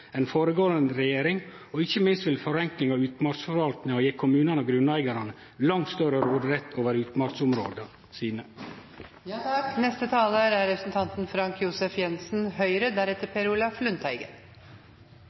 regjering, og ikkje minst vil ei forenkling av utmarksforvaltninga gje kommunane og grunneigarane langt større råderett over